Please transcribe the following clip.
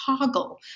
toggle